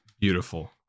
beautiful